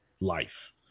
life